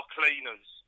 Cleaners